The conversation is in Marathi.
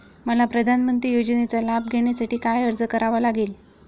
मला प्रधानमंत्री योजनेचा लाभ घेण्यासाठी काय अर्ज करावा लागेल?